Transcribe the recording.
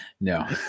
no